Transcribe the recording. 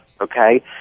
Okay